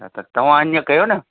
न त तव्हां ईअं कयो न